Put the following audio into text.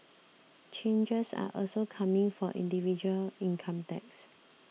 changes are also coming for individual income tax